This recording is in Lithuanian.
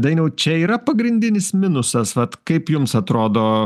dainiau čia yra pagrindinis minusas vat kaip jums atrodo